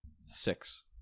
Six